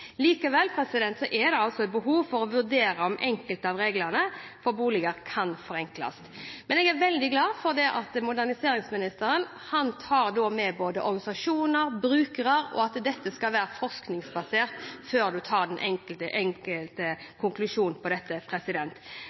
Likevel er det et behov for å vurdere om enkelte av reglene for boliger kan forenkles. Jeg er veldig glad for at moderniseringsministeren tar med både organisasjoner og brukere, og at dette skal være forskningsbasert før man trekker en konklusjon. Men jeg kan forsikre interpellanten om at som koordineringsminister på dette